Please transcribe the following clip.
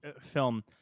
film